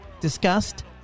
discussed